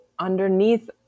underneath